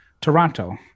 Toronto